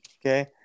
Okay